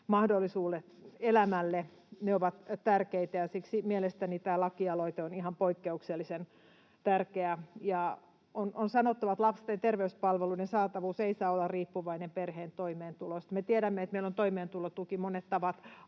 mahdollisuudet elämälle ovat tärkeitä, ja siksi mielestäni tämä lakialoite on ihan poikkeuksellisen tärkeä. On sanottava, että lasten terveyspalveluiden saatavuus ei saa olla riippuvainen perheen toimeentulosta. Me tiedämme, että meillä on toimeentulotuki, monet tavat